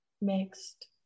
Mixed